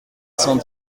cent